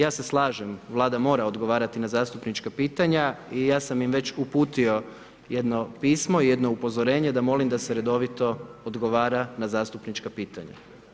Ja se slažem, Vlada mora odgovarati na zastupnička pitanja i ja sam im već uputio jedno pismo, jedno upozorenje da molim da se redovito odgovara na zastupnička pitanja.